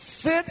sit